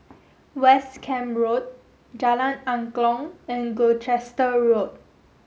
West Camp Road Jalan Angklong and Gloucester Road